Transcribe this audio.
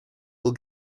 will